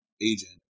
agent